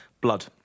Blood